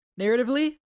narratively